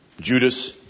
Judas